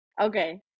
Okay